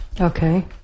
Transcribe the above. Okay